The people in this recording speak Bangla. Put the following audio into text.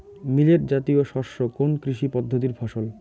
মিলেট জাতীয় শস্য কোন কৃষি পদ্ধতির ফসল?